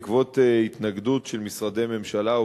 בעקבות התנגדות של משרדי ממשלה,